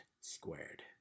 Squared